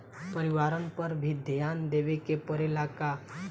परिवारन पर भी ध्यान देवे के परेला का?